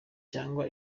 cyangwa